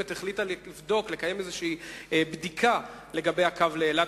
החליטה לקיים בדיקה מסוימת של הקו לאילת.